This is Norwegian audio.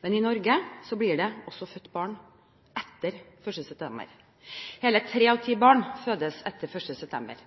Men i Norge blir det også født barn etter 1. september. Hele tre av ti barn fødes etter 1. september.